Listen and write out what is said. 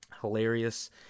Hilarious